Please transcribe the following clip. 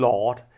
Lord